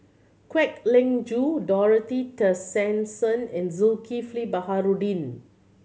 Kwek Leng Joo Dorothy Tessensohn and Zulkifli Baharudin